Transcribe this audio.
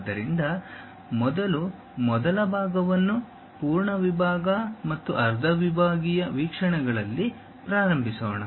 ಆದ್ದರಿಂದ ಮೊದಲು ಮೊದಲ ಭಾಗವನ್ನು ಪೂರ್ಣ ವಿಭಾಗ ಮತ್ತು ಅರ್ಧ ವಿಭಾಗೀಯ ವೀಕ್ಷಣೆಗಳಲ್ಲಿ ಪ್ರಾರಂಭಿಸೋಣ